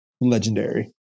legendary